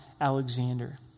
Alexander